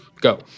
Go